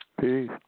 Peace